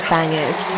Bangers